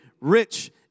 rich